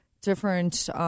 different